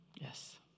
Yes